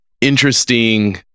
interesting